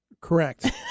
Correct